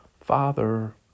Father